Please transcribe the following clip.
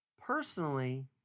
Personally